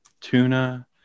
Tuna